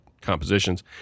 compositions